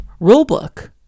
rulebook